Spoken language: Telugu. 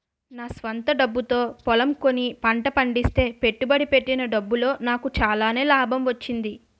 నా స్వంత డబ్బుతో పొలం కొని పంట పండిస్తే పెట్టుబడి పెట్టిన డబ్బులో నాకు చాలానే లాభం వచ్చింది